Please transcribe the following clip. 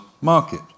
market